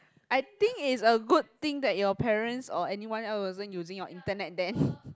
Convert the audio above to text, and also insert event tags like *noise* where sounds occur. I think it's a good thing that your parents or anyone else wasn't using your internet then *breath*